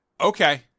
Okay